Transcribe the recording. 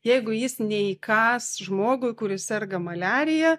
jeigu jis neįkąs žmogui kuris serga maliarija